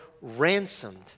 ransomed